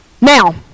Now